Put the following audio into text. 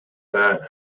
that